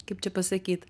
kaip čia pasakyt